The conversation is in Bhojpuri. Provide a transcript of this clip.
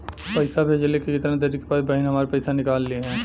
पैसा भेजले के कितना देरी के बाद बहिन हमार पैसा निकाल लिहे?